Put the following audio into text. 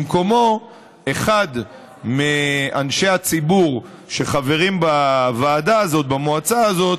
במקומו אחד מאנשי הציבור שחברים במועצה הזאת